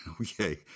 okay